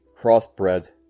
crossbred